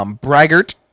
Braggart